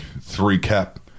three-cap